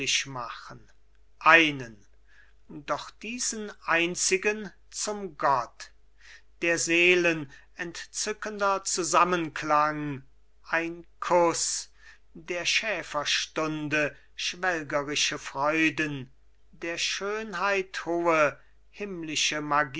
machen einen doch diesen einzigen zum gott der seelen entzückender zusammenklang ein kuß der schäferstunde schwelgerische freuden der schönheit hohe himmlische